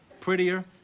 prettier